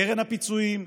קרן הפיצויים.